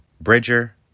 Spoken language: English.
Bridger